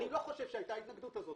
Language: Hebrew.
אני לא חושב שהייתה ההתנגדות הזו.